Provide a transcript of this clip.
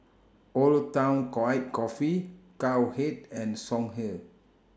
Old Town White Coffee Cowhead and Songhe